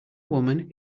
woman